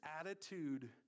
attitude